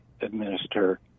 administer